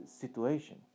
situation